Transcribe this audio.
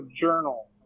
journal